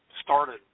started